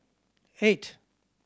eight